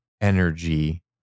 Energy